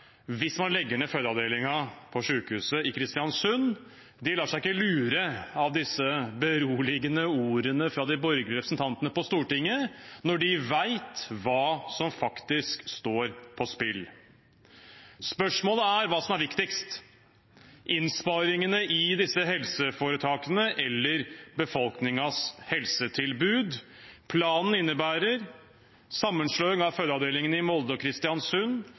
hvis man legger ned fødeavdelingen på sykehuset i Kristiansund. De lar seg ikke lure av de beroligende ordene fra de borgerlige representantene på Stortinget når de vet hva som faktisk står på spill. Spørsmålet er hva som er viktigst: innsparingene i disse helseforetakene eller befolkningens helsetilbud. Planen innebærer sammenslåing av fødeavdelingene i Molde og Kristiansund,